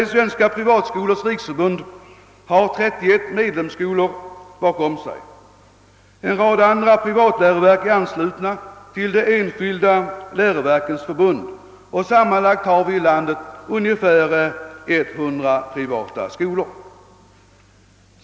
Svenska vrivatskolors riksförbund har 31 medlemsskolor bakom sig. En rad andra privata läroverk är anslutna till Enskilda läroverkens förbund och sammanlagt har vi i landet hundra privata skolor.